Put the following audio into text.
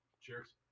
Cheers